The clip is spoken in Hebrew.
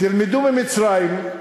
תלמדו ממצרים,